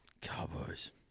Cowboys